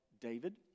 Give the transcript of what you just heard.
David